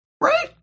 Right